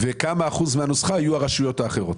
כמה אחוזים מהנוסחה יהיו הרשויות האחרות?